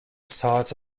starts